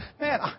man